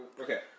Okay